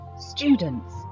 Students